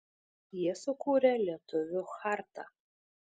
jie sukūrė lietuvių chartą